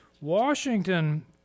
Washington